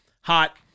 hot